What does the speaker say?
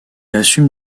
assume